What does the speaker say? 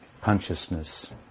consciousness